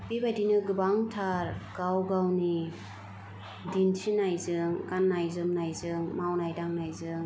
बेबादिनो गोबांथार गाव गावनि दिन्थिनायजों गाननाय जोमनायजों मावनाय दांनायजों